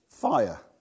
fire